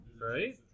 right